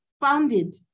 founded